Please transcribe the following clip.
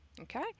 okay